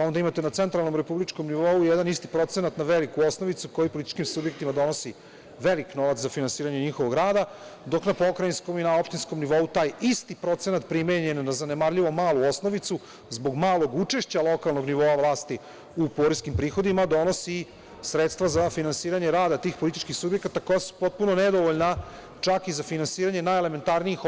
Onda imate na centralnom republičkom nivou jedan isti procenat na veliku osnovicu koji političkim subjektima donosi velik novac za finansiranje njihovog rada, dok na pokrajinskom i na opštinskom nivou taj isti procenat primenjen na zanemarljivo malu osnovicu, zbog malog učešća lokalnog nivoa vlasti u poreskim prihodima, donosi sredstva za finansiranje rada tih političkih subjekata koja su potpuno nedovoljna, čak i za finansiranje najelementarnijih